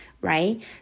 right